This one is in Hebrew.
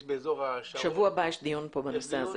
יש באזור השרון --- בשבוע הבא יש דיון פה בנושא הזה,